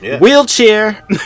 Wheelchair